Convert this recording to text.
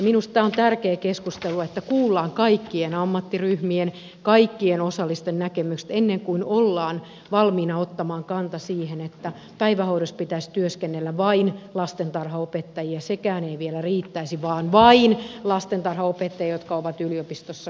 minusta tämä on tärkeä keskustelu että kuullaan kaikkien ammattiryhmien kaikkien osallisten näkemykset ennen kuin ollaan valmiina ottamaan kanta siihen että päivähoidossa pitäisi työskennellä vain lastentarhanopettajia tai sekään ei vielä riittäisi vain lastentarhanopettajia jotka ovat yliopistossa kouluttautuneet